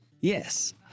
yes